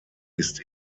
ist